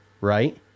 right